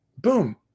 boom